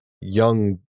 young